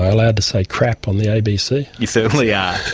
i allowed to say crap on the abc? you certainly yeah